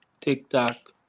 TikTok